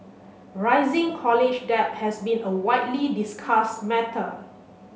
rising college debt has been a widely discussed matter